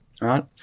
Right